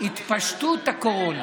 התפשטות הקורונה.